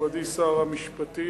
מכובדי שר המשפטים,